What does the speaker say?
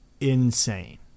insane